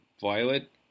Violet